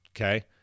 Okay